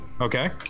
Okay